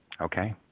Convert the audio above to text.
Okay